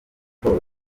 siporo